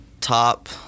top